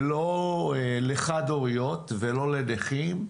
וכך גם לא לחד הוריות ולא לנכים,